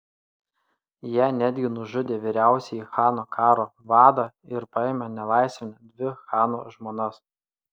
jie netgi nužudė vyriausiąjį chano karo vadą ir paėmė nelaisvėn dvi chano žmonas